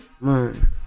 Man